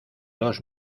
dos